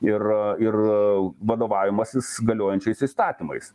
ir ir vadovavimasis galiojančiais įstatymais